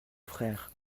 frère